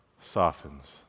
softens